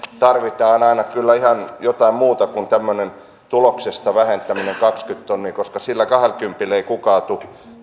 tarvitaan aina kyllä ihan jotain muuta kuin tämmöinen kahdenkymmenen tonnin vähentäminen tuloksesta koska sillä kahdellakympillä ei kukaan tule